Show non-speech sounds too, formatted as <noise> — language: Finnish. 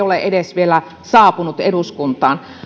<unintelligible> ole vielä edes saapunut eduskuntaan